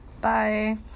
Bye